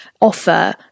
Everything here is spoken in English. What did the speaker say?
offer